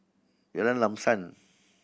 Jalan Lam Sam